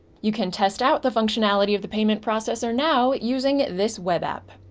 you can test out the functionality of the payment processor now using this web app.